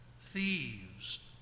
Thieves